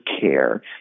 care